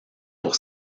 pour